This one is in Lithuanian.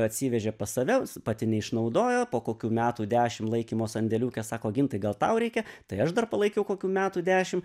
atsivežė pas save pati neišnaudojo po kokių metų dešim laikymo sandėliuke sako gintai gal tau reikia tai aš dar palaikiau kokių metų dešim